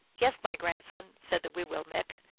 yes, my grand son, said the wiwillmekq,